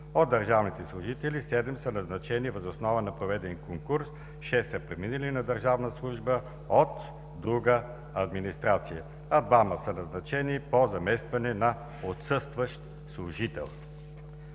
От държавните служители седем са назначени въз основа на проведен конкурс, шест са преминали на държавна служба от друга администрация, а двама са назначени по заместване на отсъстващ служител.